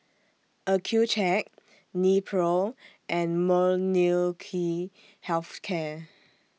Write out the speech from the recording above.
Accucheck Nepro and Molnylcke Health Care